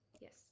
yes